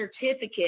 certificate